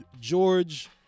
George